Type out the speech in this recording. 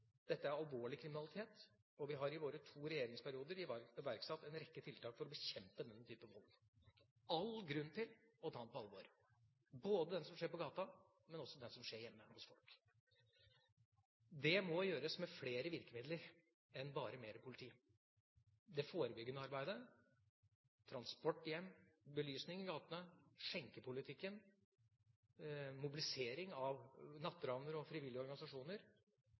Dette er alvorlig kriminalitet, og vi har i våre to regjeringsperioder iverksatt en rekke tiltak for å bekjempe denne typen vold. Det er all grunn til å ta den på alvor, både den som skjer på gata, og også den som skjer hjemme hos folk. Det må gjøres med flere virkemidler enn bare mer politi – det forebyggende arbeidet, transport hjem, belysning i gatene, skjenkepolitikken, mobilisering av natteravner og frivillige organisasjoner